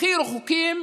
הכי רחוקים